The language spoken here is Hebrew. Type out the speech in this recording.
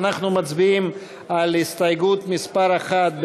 אנחנו מצביעים על הסתייגות מס' 1,